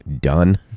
done